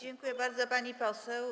Dziękuję bardzo, pani poseł.